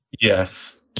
Yes